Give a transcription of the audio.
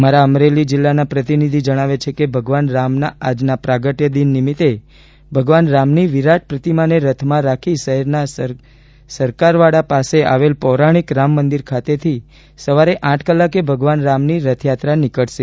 અમારા અમરેલી જિલ્લાના પ્રતિનિધી જણાવે છે કે ભગવાન રામના આજના પ્રાગટય દિન નિમિત્તે ભગવાન રામની વિરાટ પ્રતિમાને રથમાં રાખી શહેરના સરકાર વાડા પાસે આવેલ પોરાણીક રામ મંદિર ખાતેથી સવારે આઠ કલાકે ભગવાન રામની રથયત્રા નીકળશે